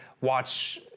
watch